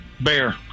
Bear